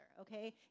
okay